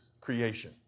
creation